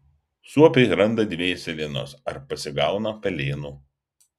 suopiai randa dvėselienos ar pasigauna pelėnų